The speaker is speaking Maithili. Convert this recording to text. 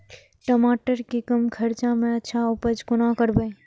टमाटर के कम खर्चा में अच्छा उपज कोना करबे?